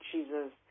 Jesus